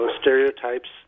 stereotypes